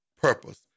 purpose